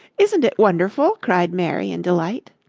isn't it wonderful, cried mary in delight.